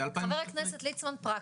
חבר הכנסת ליצמן, פרקטי.